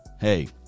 hey